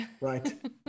Right